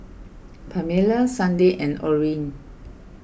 Pamella Sunday and Orin